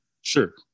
Sure